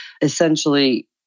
essentially